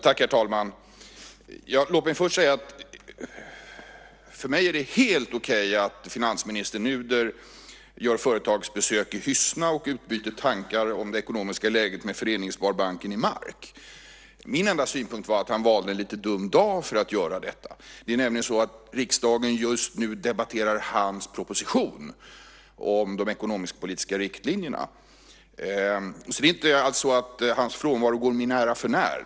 Herr talman! Låt mig först säga att för mig är det helt okej att finansminister Nuder gör företagsbesök i Hyssna och utbyter tankar om det ekonomiska läget med Föreningssparbanken i Mark. Min enda synpunkt var att han valde en lite dum dag för att göra detta. Det är nämligen så att riksdagen just nu debatterar hans proposition om de ekonomiskpolitiska riktlinjerna. Det är inte alls så att hans frånvaro går min ära förnär.